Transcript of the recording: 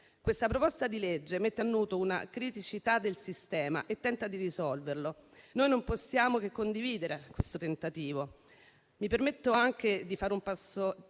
Questa proposta di legge mette a nudo una criticità del sistema e tenta di risolverla. Noi non possiamo che condividere questo tentativo. Mi permetto anche di fare un espresso